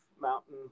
Mountain